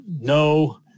No